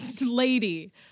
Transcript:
lady